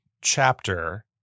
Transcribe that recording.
chapter